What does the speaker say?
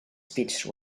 speech